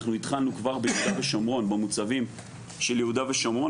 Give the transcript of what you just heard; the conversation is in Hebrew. אנחנו התחלנו כבר במוצבים של יהודה ושומרון